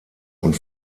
und